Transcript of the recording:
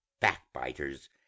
backbiters